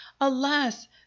alas